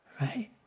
right